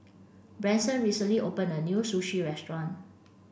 Branson recently opened a new Sushi restaurant